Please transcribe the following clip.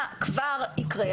מה כבר יקרה?